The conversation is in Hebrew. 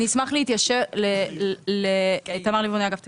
אני אשמח להתייחס, היושב ראש.